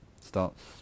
starts